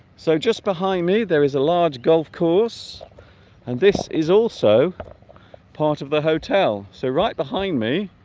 so just behind me there is a large golf course and this is also part of the hotel so right behind me